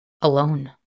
Alone